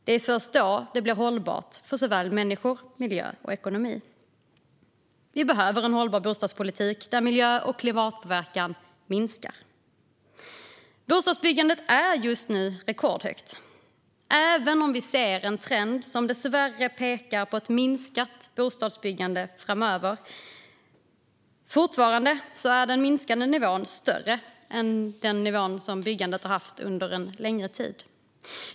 Det är först då det blir hållbart för såväl människor och miljö som ekonomi. Vi behöver en hållbar bostadspolitik där miljö och klimatpåverkan minskar. Bostadsbyggandet är just nu rekordhögt, även om vi ser en trend som dessvärre pekar på ett minskat bostadsbyggande framöver. Den minskade nivån är fortfarande högre än de nivåer byggandet har legat på under en längre tid.